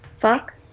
Fuck